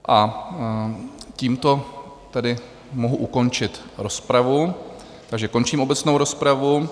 A tímto tedy mohu ukončit rozpravu, takže končím obecnou rozpravu.